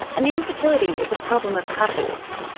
and infertility is a problem of couples.